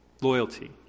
loyalty